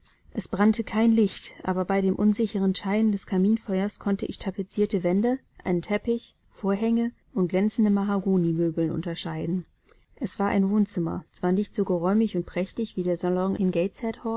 es brannte kein licht aber bei dem unsicheren schein des kaminfeuers konnte ich tapezierte wände einen teppich vorhänge und glänzende mahagoni möbeln unterscheiden es war ein wohnzimmer zwar nicht so geräumig und prächtig wie der salon in